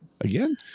Again